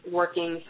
working